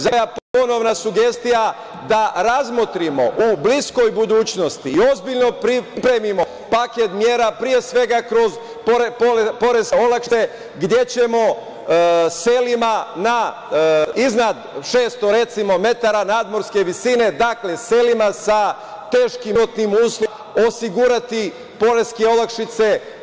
Zato je moja ponovna sugestija da razmotrimo u bliskoj budućnosti i ozbiljno pripremimo paket mera, pre svega kroz poreske olakšice, gde ćemo selima iznad recimo 600 metara nadmorske visine, dakle selima sa teškim životnim uslovima, osigurati poreske olakšice.